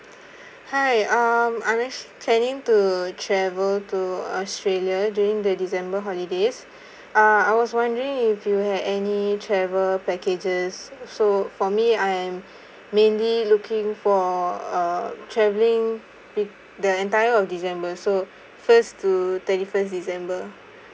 hi um I actually planning to travel to australia during the december holidays uh I was wondering if you had any travel packages so for me I am mainly looking for uh travelling with the entire of december so first to thirty first december